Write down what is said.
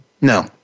No